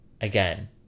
Again